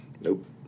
Nope